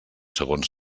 segons